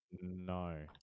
No